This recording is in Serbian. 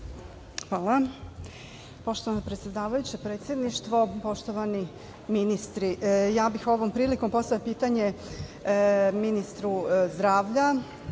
Hvala. Poštovana predsedavajuća, predsedništvo, poštovani ministri, ja bih ovom prilikom postavila pitanje ministru zdravlja